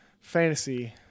fantasy